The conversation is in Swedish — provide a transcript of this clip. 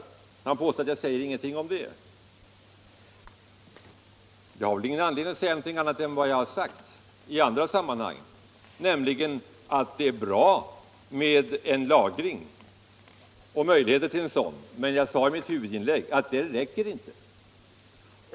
Industriministern påstod att jag inte har sagt någonting om den saken, men jag har ingen anledning att säga något annat än vad jag redan framhållit i andra sammanhang, nämligen att en sådan lagring är bra, och det är utmärkt att ha möjligheter till den. Men, som jag underströk i mitt huvudinlägg, det räcker inte.